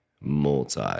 multi